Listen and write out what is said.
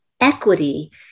Equity